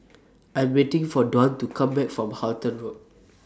I'm waiting For Dwan to Come Back from Halton Road